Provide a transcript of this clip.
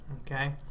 Okay